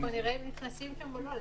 קודם כול נראה אם הם נכנסים שם או לא.